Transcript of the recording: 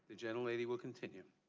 the general lady will continue.